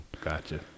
gotcha